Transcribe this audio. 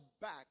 back